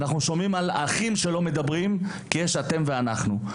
על אחים שלא מדברים בגלל שיש אתם ואנחנו.